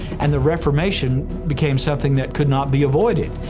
and the reformation became something that could not be avoided.